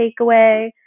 takeaway